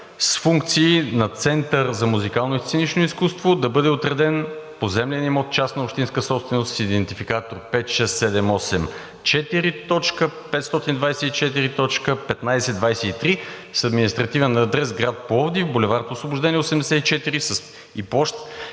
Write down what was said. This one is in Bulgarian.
с функции на център за музикално и сценично изкуство да бъде отреден поземлен имот частна общинска собственост с идентификатор 56784.524.1523 с административен адрес: град Пловдив, бул. „Освобождение“ № 84 и площ